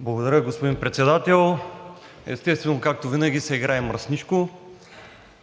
Благодаря, господин Председател. Естествено, както винаги, се играе мръснишко.